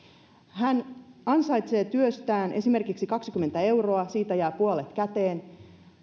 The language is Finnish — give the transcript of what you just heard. hän ansaitsee työstään esimerkiksi kaksikymmentä euroa siitä jää puolet käteen